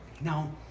now